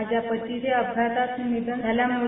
माझ्या पतीचे अपघातात निधन झाले होते